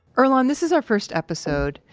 earlonne, this is our first episode,